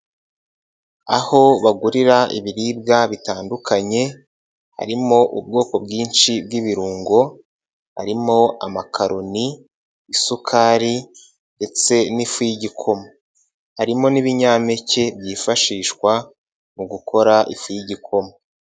Aho bagurira ibiribwa bitandukanye, harimo ubwoko bwinshi bw'ibirungo, harimo amakaroni, isukari ndetse n'ifu y'igikoma, harimo n'ibinyampeke byifashishwa, mu gukora ifu y'igikoma.